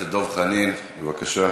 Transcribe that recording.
חבר הכנסת דב חנין, בבקשה.